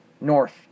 North